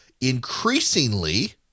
increasingly